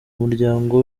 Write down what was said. umuryango